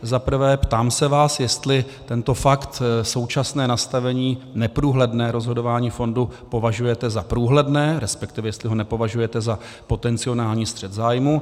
Za prvé, ptám se vás, jestli tento fakt současné nastavení neprůhledné rozhodování fondu považujete za průhledné, resp. jestli ho nepovažujete za potenciální střet zájmů.